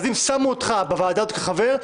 אם שמו אותך בוועדה כחבר,